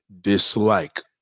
dislike